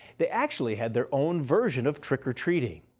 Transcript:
they actually had their own version of trick or treating.